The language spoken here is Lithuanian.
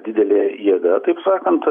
didelė jėga taip sakant